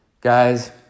Guys